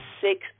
six